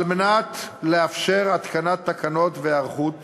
על מנת לאפשר התקנת תקנות והיערכות